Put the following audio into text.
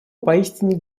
поистине